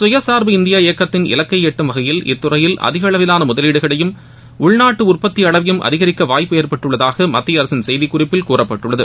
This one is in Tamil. சுயசார்பு இந்தியா இயக்கத்தின் இலக்கை எட்டும் வகையில் இத்துறையில் அதிக அளவிலாள முதலீடுகளையும் உள்நாட்டு உற்பத்தி அளவையும் அதிகரிக்க வாய்ப்பு ஏற்பட்டுள்ளதாக மத்திய அரசின் செய்தி குறிப்பில் கூறப்பட்டுள்ளது